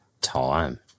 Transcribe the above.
Time